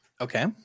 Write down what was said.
Okay